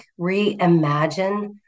reimagine